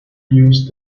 used